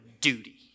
duty